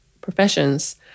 professions